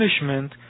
punishment